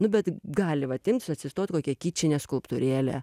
nu bet gali vat imsiu atsistot kokią kičinę skulptūrėlę